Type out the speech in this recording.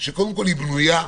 שקודם כל בנויה,